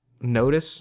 notice